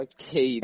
Okay